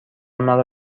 مرا